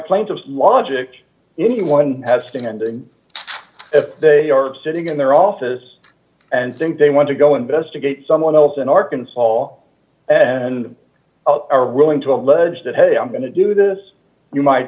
plaintiff's logic anyone has standing d if they are sitting in their office and think they want to go investigate someone else in arkansas all and are willing to allege that hey i'm going to do this you might